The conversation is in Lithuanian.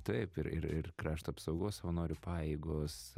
taip ir ir ir krašto apsaugos savanorių pajėgos